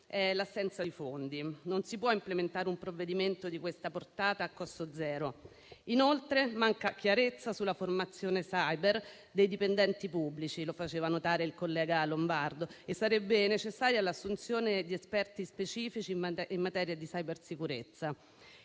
è l'assenza di fondi. Non si può implementare un provvedimento di questa portata a costo zero. Inoltre, manca chiarezza sulla formazione *cyber* dei dipendenti pubblici, come faceva notare il collega Lombardo, e sarebbe necessaria l'assunzione di esperti specifici in materia di cybersicurezza.